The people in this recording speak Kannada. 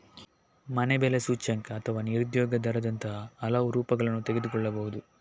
ಮನೆ ಬೆಲೆ ಸೂಚ್ಯಂಕ ಅಥವಾ ನಿರುದ್ಯೋಗ ದರದಂತಹ ಹಲವು ರೂಪಗಳನ್ನು ತೆಗೆದುಕೊಳ್ಳಬಹುದು